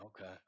Okay